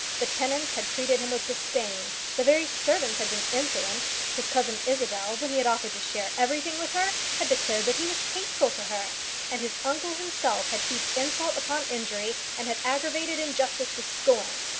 the tenants had treated him with disdain the very servants had been insolent his cousin isabel, when he had offered to share everything with her, had declared that he was hateful to her and his uncle himself had heaped insult upon injury, and had aggravated injustice with scorn.